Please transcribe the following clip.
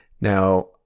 Now